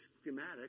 schematic